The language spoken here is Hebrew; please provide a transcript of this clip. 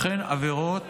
וכן עבירות